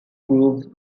proof